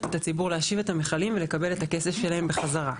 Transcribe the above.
את הציבור להשיב את המכלים ולקבל את הכסף שלהם בחזרה.